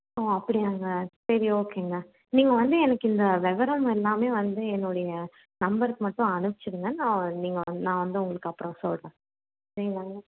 ஓ அப்படியாங்க சரி ஓகேங்க நீங்கள் வந்து எனக்கு இந்த விவரம் எல்லாமே வந்து என்னுடைய நம்பருக்கு மட்டும் அனுப்பிச்சி விடுங்க நான் நீங்கள் வந்து நான் வந்து உங்களுக்கு அப்புறம் சொல்கிறேன் சரிங்களாங்க